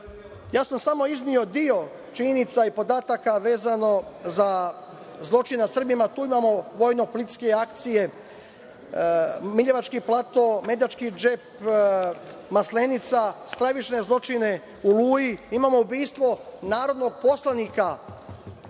sam izneo deo činjenica i podataka vezano za zločine nad Srbima. Tu imamo vojno-policijske akcije Miljevački plato, Medački džep, Maslenica, stravične zločine u „Oluji“, imamo ubistvo narodnog poslanika